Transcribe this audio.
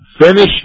finish